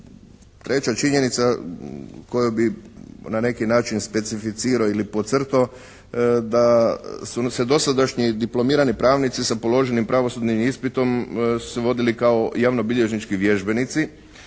treća činjenica koju bi na neki način specificirao ili podcrtao, da su nas se dosadašnji diplomirani pravnici sa položenim pravosudnim ispitom se vodili kao javnobilježnički vježbenici,